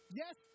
yes